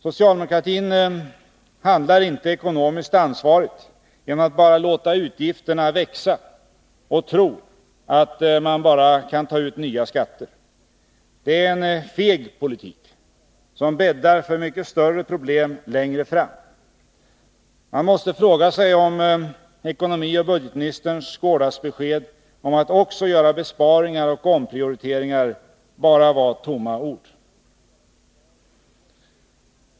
Socialdemokraterna handlar inte ekonomiskt ansvarigt genom att låta utgifterna växa och tro att man bara kan ta ut nya skatter. Det är en feg politik, som bäddar för mycket större problem längre fram. Man måste fråga sig om ekonomioch budgetministerns gårdagsbesked om att socialdemokraterna också vill göra besparingar och omprioriteringar bara var tomma ord.